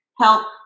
help